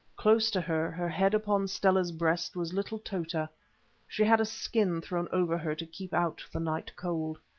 close to her, her head upon stella's breast, was little tota she had a skin thrown over her to keep out the night cold.